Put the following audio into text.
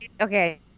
Okay